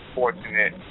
fortunate